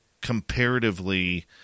comparatively